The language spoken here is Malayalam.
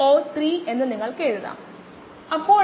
നമ്മൾ വിപരീതമാക്കിയാൽ 18